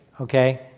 Okay